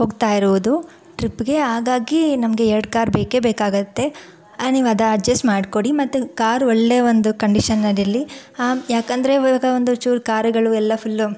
ಹೋಗ್ತಾ ಇರೋದು ಟ್ರಿಪ್ಗೆ ಹಾಗಾಗಿ ನಮಗೆ ಎರಡು ಕಾರ್ ಬೇಕೇ ಬೇಕಾಗತ್ತೆ ನೀವದು ಅಡ್ಜಸ್ಟ್ ಮಾಡಿಕೊಡಿ ಮತ್ತು ಕಾರ್ ಒಳ್ಳೆ ಒಂದು ಕಂಡೀಷನಲ್ಲಿರಲಿ ಆಂ ಯಾಕಂದರೆ ಇವಾಗ ಒಂದು ಚೂರು ಕಾರುಗಳು ಎಲ್ಲ ಫುಲ್ಲು